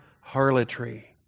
harlotry